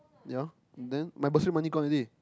ya and then my bursary money gone already